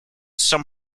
some